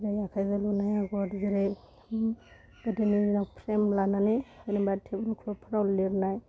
जेरै आखाइजों लुनाय आगर जेरै उम बिदिनो प्रेम लानानै जेनेबा टिबुल कर्दफ्राव लेरनाय